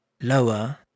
lower